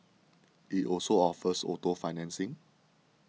it also offers auto financing